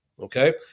Okay